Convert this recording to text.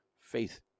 faith